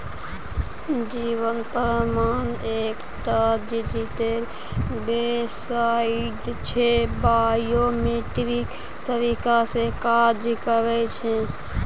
जीबन प्रमाण एकटा digital website छै बायोमेट्रिक तरीका सँ काज करय छै